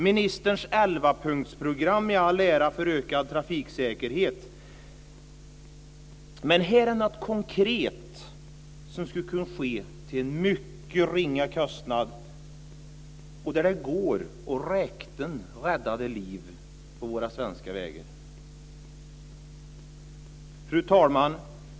Ministerns elvapunktsprogram för ökad trafiksäkerhet i all ära - men det här är något konkret, som skulle kunna ske till en mycket ringa kostnad och där det går att räkna räddade liv på våra svenska vägar. Fru talman!